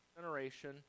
generation